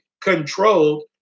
controlled